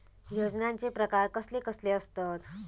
योजनांचे प्रकार कसले कसले असतत?